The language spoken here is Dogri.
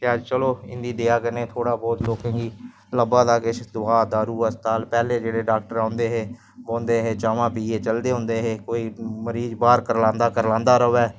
जियां कोई बी बच्चे दे पढ़ने दे पेपर पैह्लै जियां पेपर बच्चें दे होंदे हे डेट शीट आंदी बच्चे दी गोरमैंट भेजीओड़दी ना फोन बिच भेजीओड़दी